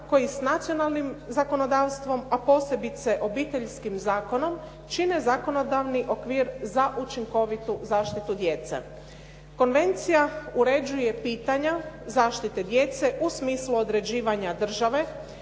koji s nacionalnim zakonodavstvom, a posebice obiteljskim zakonom, čine zakonodavni okvir za učinkovitu zaštitu djece. Konvencija uređuje pitanja zaštite djece u smislu određivanja države